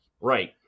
Right